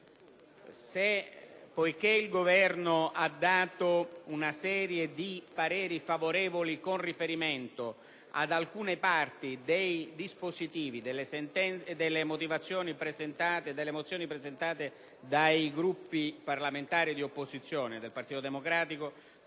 Poiché il Governo ha dato una serie di pareri favorevoli con riferimento ad alcune parti dei dispositivi delle mozioni presentate dai Gruppi parlamentari di opposizione (del Partito Democratico,